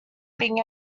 being